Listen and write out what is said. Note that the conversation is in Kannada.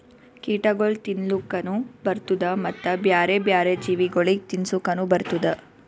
ಕೀಟಗೊಳ್ ತಿನ್ಲುಕನು ಬರ್ತ್ತುದ ಮತ್ತ ಬ್ಯಾರೆ ಬ್ಯಾರೆ ಜೀವಿಗೊಳಿಗ್ ತಿನ್ಸುಕನು ಬರ್ತ್ತುದ